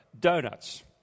donuts